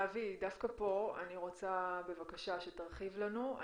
דווקא פה אני רוצה שתרחיב לנו, בבקשה.